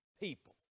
people